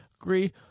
Agree